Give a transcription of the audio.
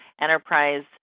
enterprise